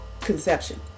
conception